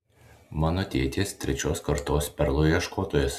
mano tėtis trečios kartos perlų ieškotojas